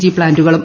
G പ്ലാന്റുകളും